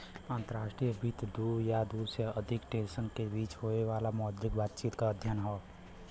अंतर्राष्ट्रीय वित्त दू या दू से अधिक देशन के बीच होये वाला मौद्रिक बातचीत क अध्ययन हौ